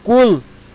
کُل